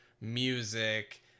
music